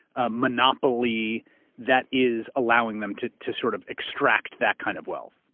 a monopoly that is allowing them to to sort of extract that kind of wealth?